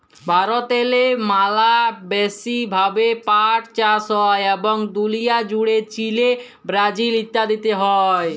ভারতেল্লে ম্যালা ব্যাশি ভাবে পাট চাষ হ্যয় এবং দুলিয়া জ্যুড়ে চিলে, ব্রাজিল ইত্যাদিতে হ্যয়